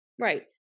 Right